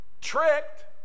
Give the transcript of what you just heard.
tricked